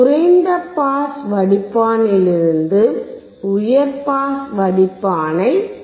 குறைந்த பாஸ் வடிப்பானிலிருந்து உயர் பாஸ் வடிப்பானைப் பெறலாம்